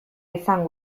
izan